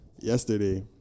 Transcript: Yesterday